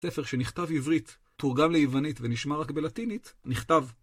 ספר שנכתב עברית, תורגם ליוונית, ונשמע רק בלטינית, נכתב